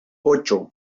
ocho